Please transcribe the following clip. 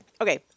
Okay